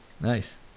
nice